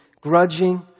grudging